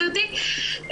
גברתי,